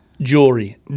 Jewelry